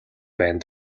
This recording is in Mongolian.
байна